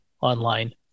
online